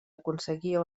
aconseguia